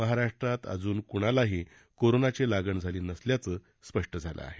महाराष्ट्रात अजून कुणालाही कोरोनाची लागण झाली नसल्याचं स्पष्ट झालं आहे